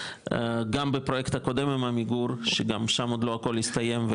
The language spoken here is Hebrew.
גם בפרויקט הקודם עם עמיגור שגם שם עוד לא הכול הסתיים,